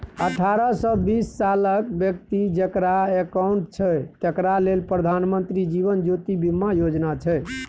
अठारहसँ बीस सालक बेकती जकरा अकाउंट छै तकरा लेल प्रधानमंत्री जीबन ज्योती बीमा योजना छै